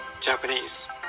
Japanese